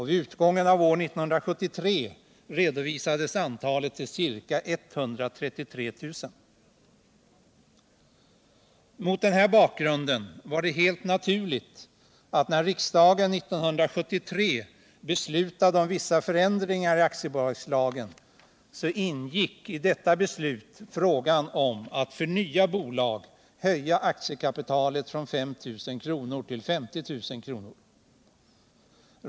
Vid utgången av år 1973 var antalet ca 133 000. Mot denna bakgrund var det helt naturligt att det i riksdagens beslut år 1973 om vissa förändringar i aktiebolagslagen ingick att aktiekapitalet för nya bolag skulle höjas från 5 000 kr. till 50 000 kr.